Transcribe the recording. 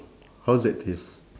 how's that taste